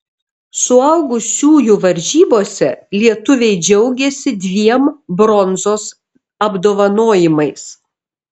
suaugusiųjų varžybose lietuviai džiaugėsi dviem bronzos apdovanojimais